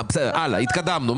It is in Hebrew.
הלאה, התקדמנו.